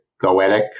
goetic